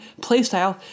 playstyle